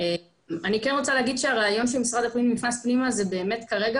אני כן רוצה להגיד שהרעיון שמשרד הפנים נכנס פנימה זה באמת כרגע